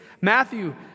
Matthew